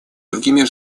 другими